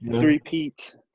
three-peats